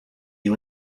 you